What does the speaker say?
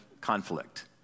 conflict